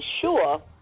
sure